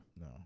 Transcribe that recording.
No